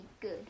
good